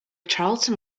charleston